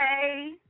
Hey